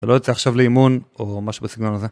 זה לא יוצא עכשיו לאימון או משהו בסגנון הזה.